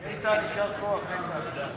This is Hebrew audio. הפיקוח על כלבים (תיקון,